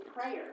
prayer